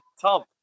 Tom